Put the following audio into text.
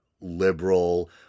liberal